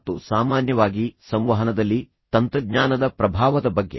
ಮತ್ತು ಸಾಮಾನ್ಯವಾಗಿ ಸಂವಹನದಲ್ಲಿ ತಂತ್ರಜ್ಞಾನದ ಪ್ರಭಾವದ ಬಗ್ಗೆ